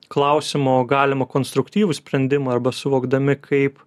klausimo galimą konstruktyvų sprendimą arba suvokdami kaip